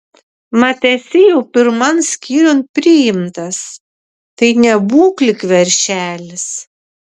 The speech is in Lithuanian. mat esi jau pirman skyriun priimtas tai nebūk lyg veršelis